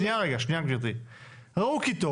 ראו כי טוב,